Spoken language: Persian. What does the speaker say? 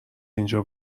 اینجا